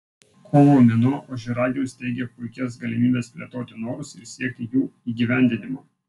kovo mėnuo ožiaragiams teigia puikias galimybes plėtoti norus ir siekti jų įgyvendinimo